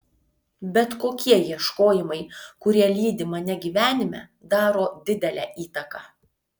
bet kokie ieškojimai kurie lydi mane gyvenime daro didelę įtaką